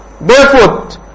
Barefoot